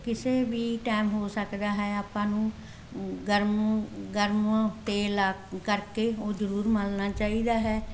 ਕਿਸੇ ਵੀ ਟਾਈਮ ਹੋ ਸਕਦਾ ਹੈ ਆਪਾਂ ਨੂੰ ਗਰਮ ਗਰਮ ਤੇਲ ਲਾ ਕਰਕੇ ਉਹ ਜ਼ਰੂਰ ਮਲਣਾ ਚਾਹੀਦਾ ਹੈ